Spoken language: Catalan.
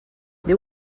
diu